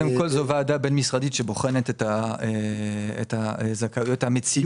יש ועדה בין-משרדית שבוחנת את המציאות והזכאויות.